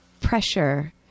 pressure